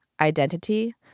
identity